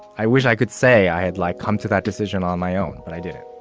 i wish i could say i had like come to that decision on my own, but i did